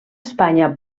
espanya